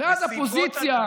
ואז הפוזיציה, אתה